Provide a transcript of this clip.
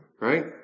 Right